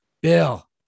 Bill